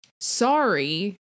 Sorry